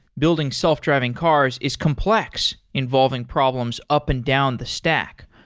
building self-driving cars is complex involving problems up and down the stack.